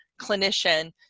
clinician